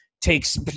takes